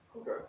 Okay